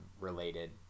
related